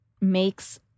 makes